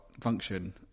function